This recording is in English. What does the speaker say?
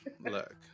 look